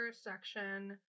section